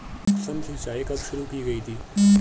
सूक्ष्म सिंचाई कब शुरू की गई थी?